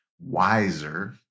wiser